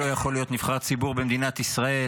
לא יכול להיות נבחר ציבור במדינת ישראל,